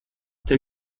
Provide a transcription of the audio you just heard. tev